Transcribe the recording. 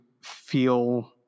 feel